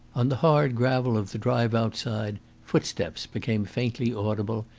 on the hard gravel of the drive outside footsteps became faintly audible,